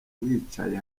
wicaye